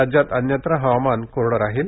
राज्यात अन्यत्र हवामान कोरडं राहील